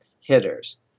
hitters